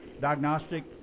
diagnostic